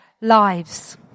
lives